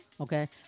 Okay